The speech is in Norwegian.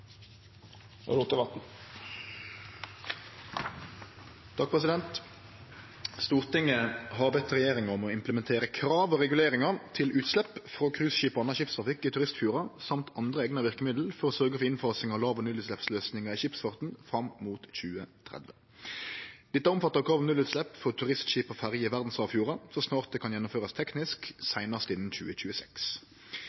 Stortinget har bedt regjeringa om å implementere krav og reguleringar til utslepp frå cruiseskip og annan skipstrafikk i turistfjordar samt andre eigna verkemiddel for å sørgje for innfasing av låg- og nullutsleppsløysingar i skipsfarten fram mot 2030. Dette omfattar krav om nullutslepp for turistskip og ferjer i verdsarvfjordar så snart det kan gjennomførast teknisk